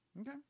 Okay